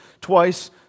twice